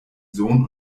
sohn